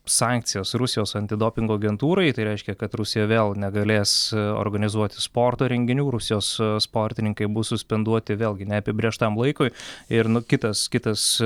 sankcijas rusijos antidopingo agentūrai tai reiškia kad rusija vėl negalės organizuoti sporto renginių rusijos sportininkai bus suspenduoti vėlgi neapibrėžtam laikui ir nu kitas kitas